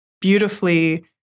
beautifully